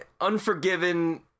Unforgiven